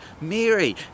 Mary